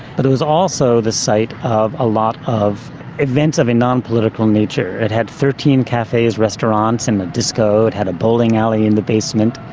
but it was also the site of a lot of events of a non-political nature. it had thirteen cafes, restaurants and a disco it had a bowling alley in the basement.